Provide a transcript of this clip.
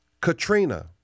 Katrina